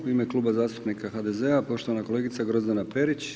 U ime Kluba zastupnika HDZ-a, poštovana kolegica Grozdana Perić.